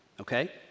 Okay